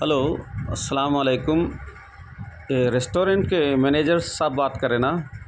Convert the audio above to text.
hello السلام علیکم یہ ریسٹورینٹ کے مینیجر صاحب بات کر رہے ہیں نا